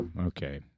Okay